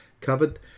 covered